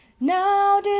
now